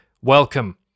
welcome